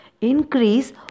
increase